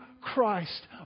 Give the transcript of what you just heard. Christ